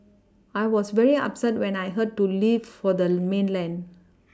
I was very upset when I heard to leave for the mainland